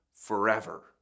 forever